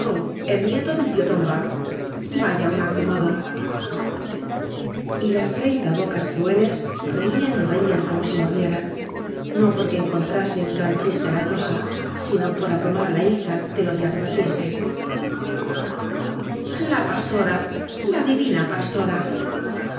el nieto del tío tomba vaya un acomodo y las treinta bocas crueles reían y reían como si mordieran no porque encontrasen gran chiste á la cosa sino por abrumar á la hija del odiado atiste a pastora la divina pastora